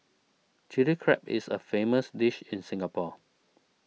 Chilli Crab is a famous dish in Singapore